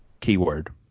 Keyword